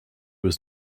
was